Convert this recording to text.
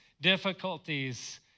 difficulties